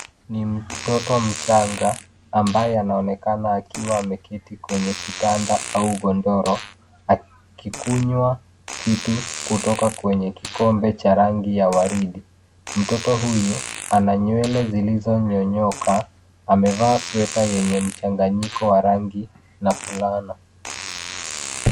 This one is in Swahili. Ni mtoto mchanga ambaye anaonekana akiwa ameketi kwenye kitanda au godoro, akikunywa kitu kutoka kwenye kikombe cha rangi ya waridi. Mtoto huyu ana nywele zilizonyonyoka, amevaa sweta yenye mchanganyiko wa rangi na fulana.